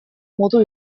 modu